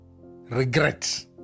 regrets